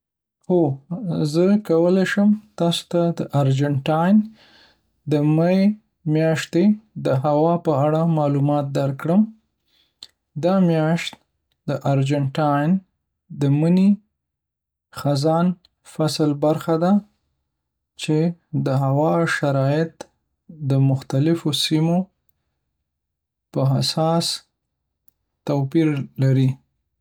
هو، زه کولی شم تاسو ته د ارجنټاین د می میاشتې د هوا په اړه معلومات درکړم. دا میاشت د ارجنټاین د مني (خزان) فصل برخه ده، چې د هوا شرایط یې د مختلفو سیمو په اساس توپیر لري.